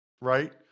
right